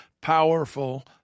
powerful